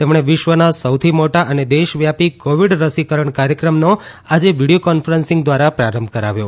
તેમણે વિશ્વના સૌથી મોટા અને દેશ વ્યાપી કોવિડ રસીકરણ કાર્યક્રમનો આજે વીડિયો કોન્ફરન્સીંગ દ્વારા પ્રારંભ કરાવ્યો